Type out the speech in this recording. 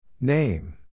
Name